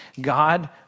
God